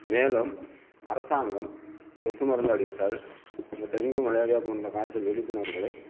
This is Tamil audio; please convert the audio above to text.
மேலும் அரசாங்கம் கொசு மருந்து அடித்தல் இந்த டெங்கு மலேரியா போன்ற காய்ச்சல் விழிப்புணர்வுகளை